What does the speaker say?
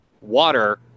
water